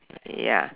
ya